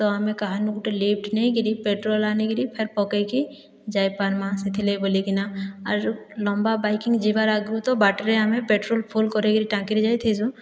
ତ ଆମେ କାହାରନୁ ଗୁଟେ ଟିକେ ଲିଫ୍ଟ ନେଇକିରି ପେଟ୍ରୋଲ ଆନିକିରି ଫେର ପକେଇକି ଯାଇ ପାର୍ମା ସେଥିରଲାଗି ବୋଲିକିନା ଆରୁ ଲମ୍ବା ବାଇକିଂ ଯିବାର ଆଗରୁ ତ ବାଟରେ ଆମେ ପେଟ୍ରୋଲ ଫୁଲ୍ କରେଇକିରି ଟାଙ୍କିରେ ଯାଇଥିସୁଁ